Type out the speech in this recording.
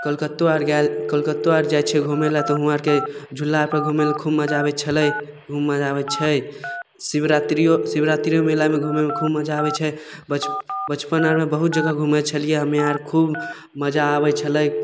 कलकत्तो आर गेल कलकत्तो आर जाइ छियै घुमय लए तऽ हुओं आरके झुलापर घुमे लए खूब मजा आबय छलै खूब मजा आबय छै शिवरात्रियो शिवरात्रियो मेलामे घुमयमे खूब मजा आबय छै बच बचपन आरमे बहुत जगह घुमय छलियै हम्मे आर खूब मजा आबय छलै